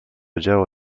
działo